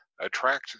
Attract